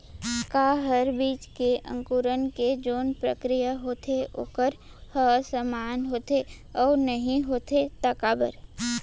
का हर बीज के अंकुरण के जोन प्रक्रिया होथे वोकर ह समान होथे, अऊ नहीं होथे ता काबर?